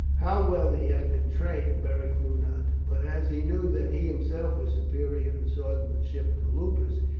how well he had been trained beric knew not, but as he knew that he himself was superior in swordmanship to lupus,